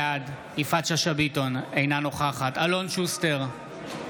בעד יפעת שאשא ביטון, אינה נוכחת אלון שוסטר,